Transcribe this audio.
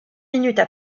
minutes